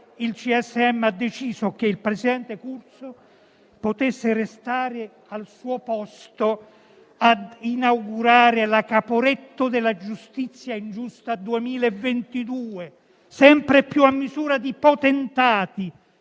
il CSM ha deciso che il presidente Curzio potesse restare al suo posto a inaugurare la Caporetto della giustizia ingiusta 2022, sempre più a misura di potentati;